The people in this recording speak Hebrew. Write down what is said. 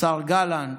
השר גלנט,